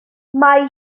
mae